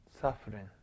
suffering